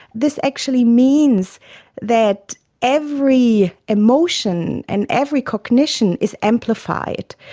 this actually means that every emotion and every cognition is amplified.